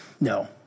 no